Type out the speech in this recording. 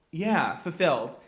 yeah, fulfilled.